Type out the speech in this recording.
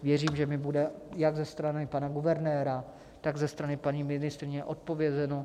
Věřím, že mi bude jak ze strany pana guvernéra, tak ze strany paní ministryně odpovězeno.